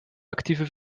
actieve